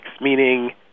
meaning